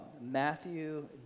Matthew